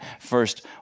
first